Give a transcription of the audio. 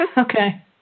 okay